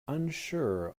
unsure